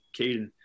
Caden